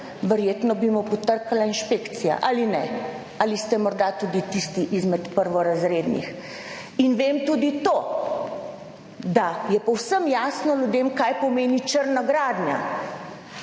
verjetno bi mu potrkala inšpekcija ali ne, ali ste morda tudi tisti izmed prvorazrednih in vem tudi to, da je povsem jasno ljudem, kaj pomeni črna gradnja,